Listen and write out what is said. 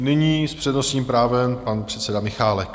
Nyní s přednostním právem pan předseda Michálek.